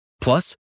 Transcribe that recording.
Plus